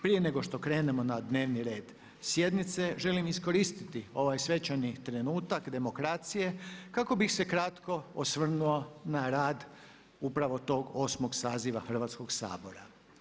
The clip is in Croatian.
Prije nego što krenemo na dnevni red sjednice želim iskoristiti ovaj svečani trenutak demokracije kako bih se kratko osvrnuo na rad upravo tog 8. saziva Hrvatskog sabora.